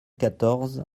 quatorze